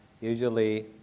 usually